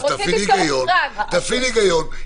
תפעילי היגיון.